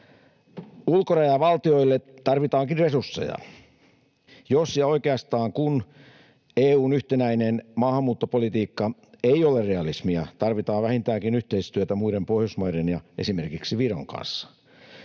Ulkorajavaltioille tarvitaankin resursseja. Jos ja oikeastaan kun EU:n yhtenäinen maahanmuuttopolitiikka ei ole realismia, tarvitaan vähintäänkin yhteistyötä muiden Pohjoismaiden ja esimerkiksi Viron kanssa.